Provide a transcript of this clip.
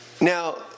Now